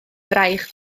fraich